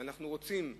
ואנחנו רוצים לקוות,